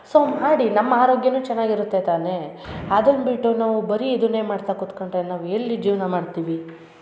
so ಮಾಡಿ ನಮ್ಮ ಆರೋಗ್ಯವೂ ಚೆನ್ನಾಗಿರುತ್ತೆ ತಾನೇ ಅದನ್ನು ಬಿಟ್ಟು ನಾವು ಬರೀ ಇದನ್ನೇ ಮಾಡ್ತಾ ಕುತ್ಕೊಂಡ್ರೆ ನಾವು ಎಲ್ಲಿ ಜೀವನ ಮಾಡ್ತೀವಿ